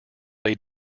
they